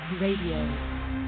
Radio